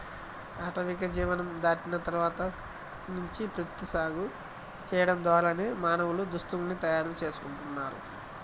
ఆటవిక జీవనం దాటిన తర్వాత నుంచి ప్రత్తి సాగు చేయడం ద్వారానే మానవులు దుస్తుల్ని తయారు చేసుకుంటున్నారు